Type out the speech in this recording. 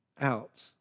out